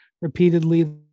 repeatedly